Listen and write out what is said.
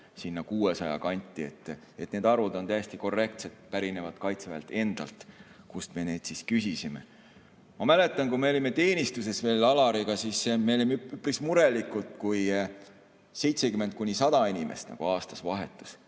sinna 600 kanti. Need arvud on täiesti korrektsed, pärinevad kaitseväelt endalt, kust me neid siis küsisime. Ma mäletan, kui me olime teenistuses veel Alariga, siis me olime üpris murelikud, kui 70–100 inimest aastas vahetus.